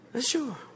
Sure